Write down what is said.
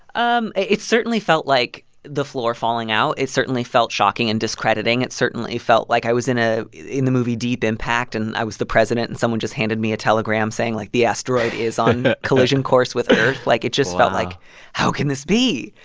um it certainly felt like the floor falling out. it certainly felt shocking and discrediting. it certainly felt like i was in a in the movie deep impact and i was the president. and someone just handed me a telegram saying, like, the asteroid is on collision course with earth wow like, it just felt like how can this be?